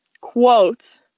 quote